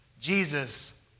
Jesus